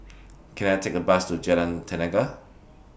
Can I Take A Bus to Jalan Tenaga